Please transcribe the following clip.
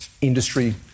industry